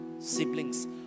siblings